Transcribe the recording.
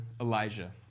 Elijah